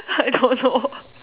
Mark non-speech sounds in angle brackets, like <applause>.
<laughs> I don't know